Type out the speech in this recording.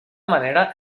manera